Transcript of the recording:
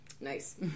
Nice